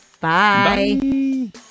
Bye